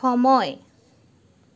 সময়